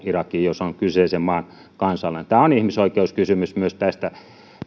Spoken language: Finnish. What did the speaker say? irakiin jos on kyseisen maan kansalainen tämä on ihmisoikeuskysymys myös tästä